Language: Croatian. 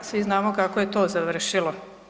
Svi znamo kako je to završilo.